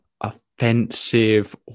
offensive